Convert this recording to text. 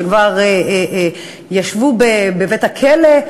שכבר ישבו בבית-הכלא,